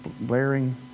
Blaring